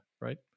Right